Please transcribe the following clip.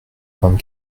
vingt